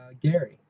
Gary